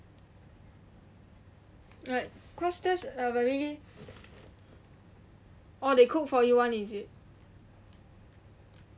like cause that's already oh they cook for you one is it